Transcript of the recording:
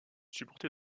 supporter